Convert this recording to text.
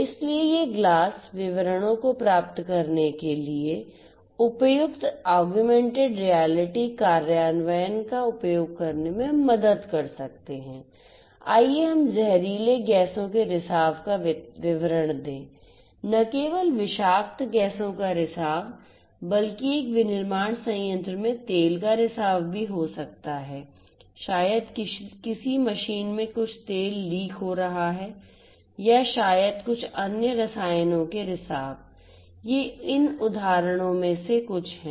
इसलिए ये ग्लास विवरणों को प्राप्त करने के लिए उपयुक्त ऑगमेंटेड रियलिटी कार्यान्वयन का उपयोग करने में मदद कर सकते हैं आइए हम जहरीली गैसों के रिसाव का विवरण दें न केवल विषाक्त गैसों का रिसाव बल्कि एक विनिर्माण संयंत्र में तेल का रिसाव भी हो सकता है शायद किसी मशीन में कुछ तेल लीक हो रहा है या शायद कुछ अन्य रसायनों के रिसाव ये इन उदाहरणों में से कुछ हैं